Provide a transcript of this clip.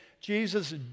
Jesus